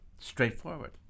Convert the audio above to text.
straightforward